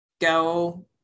go